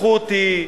לקחו אותי,